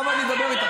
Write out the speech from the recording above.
עכשיו אני מדבר איתך,